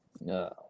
No